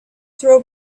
throw